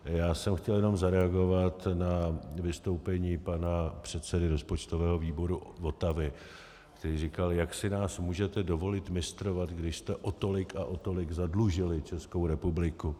Já jsem chtěl jenom zareagovat na vystoupení pana předsedy rozpočtového výboru Votavy, který říkal: jak si nás můžete dovolit mistrovat, když jste o tolik a o tolik zadlužili Českou republiku?